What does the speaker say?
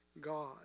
God